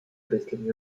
christlichen